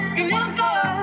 remember